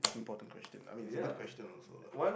important question I mean is a good question also lah